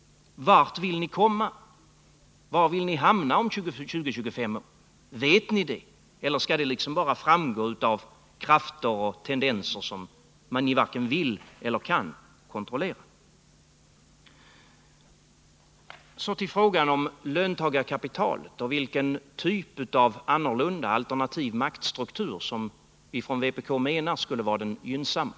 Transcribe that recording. Vart vill ni komma? Var vill ni hamna om 20-25 år? Vet ni det, eller skall det liksom bara framgå av krafter och tendenser som ni varken vill eller kan kontrollera? Så till frågan om löntagarkapitalet och vilken typ av alternativ maktstruktur som vi från vpk menar skulle vara den gynnsamma.